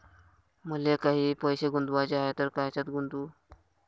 मले काही पैसे गुंतवाचे हाय तर कायच्यात गुंतवू?